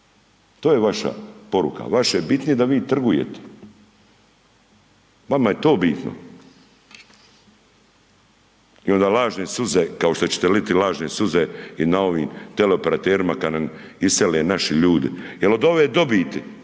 To je vaša poruka, vaše je bitnije da bi trgujete. Vama je to bitno. I onda lažne suze, kao što ćete liti lažne suze na ovim teleoperaterima kad nam isele naše ljude jer odo ove dobiti